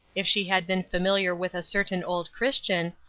if she had been familiar with a certain old christian,